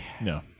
No